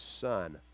son